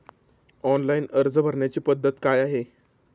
Online अर्ज भरण्याची पद्धत काय आहे?